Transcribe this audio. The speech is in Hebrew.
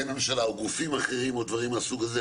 ממשלה או גופים אחרים או דברים מהסוג הזה?